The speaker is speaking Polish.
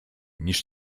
niż